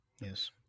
Yes